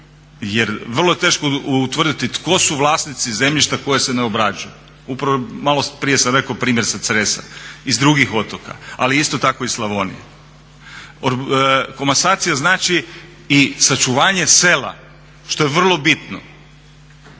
jer vrlo je teško utvrditi tko su vlasnici zemljišta koja se ne obrađuju. Upravo maloprije sam rekao primjer sa Cresa i sa drugih otoka, ali isto tako i Slavonije. Komasacija znači i sačuvanje sela, što je vrlo bitno.